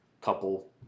couple